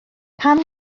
pan